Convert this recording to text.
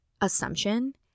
assumption